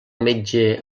metge